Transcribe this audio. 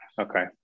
Okay